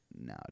no